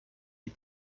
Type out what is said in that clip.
les